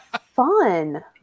fun